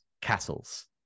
castles